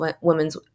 Women's